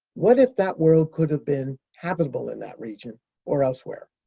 what if that world could have been habitable in that region or elsewhere?